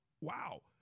wow